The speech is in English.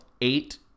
eight